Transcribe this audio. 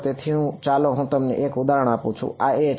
તેથી ચાલો હું તમને એક ઉદાહરણ આપું આ a છે